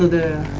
the